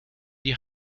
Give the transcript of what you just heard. die